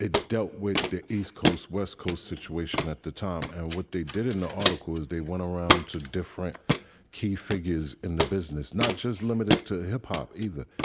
it dealt with the east coast, west coast situation at the time. and what they did in the article was they went around to different key figures in the business, not just limited to hip-hop either.